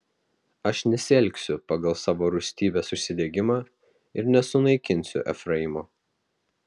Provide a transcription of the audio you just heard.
aš nesielgsiu pagal savo rūstybės užsidegimą ir nesunaikinsiu efraimo